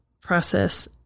process